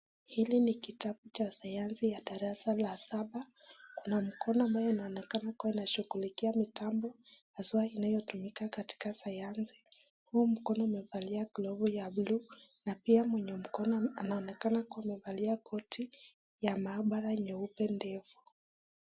Hili ni kitabu ya sayansi ya darasa la saba na mkono ambayo inaonekana kuwa inashughulikia mitambo haswa inayotumika katika sayansi. Huu mkono umevalia glovu ya buluu na pia mwenye mkono anaonekana kuwa amevalia koti ya maabara nyeupe ndefu.